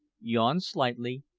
yawned slightly,